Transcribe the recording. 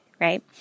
right